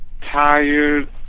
tired